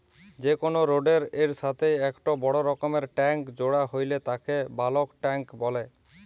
যে কোনো রোডের এর সাথেই একটো বড় রকমকার ট্যাংক জোড়া হইলে তাকে বালক ট্যাঁক বলে